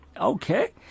Okay